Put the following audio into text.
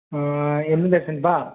எந்த தர்ஷன்ப்பா